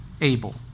Abel